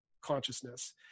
consciousness